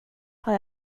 har